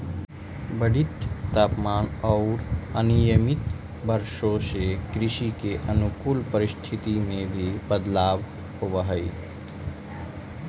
बढ़ित तापमान औउर अनियमित वर्षा से कृषि के अनुकूल परिस्थिति में भी बदलाव होवऽ हई